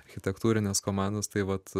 architektūrines komandas tai vat